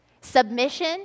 Submission